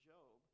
Job